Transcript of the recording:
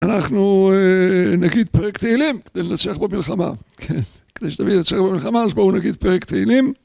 אנחנו נגיד פרק תהילים כדי לנצח במלחמה, כדי שתביא לנצח במלחמה אז בואו נגיד פרק תהילים.